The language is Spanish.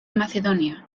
macedonia